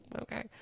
Okay